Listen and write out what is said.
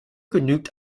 genügt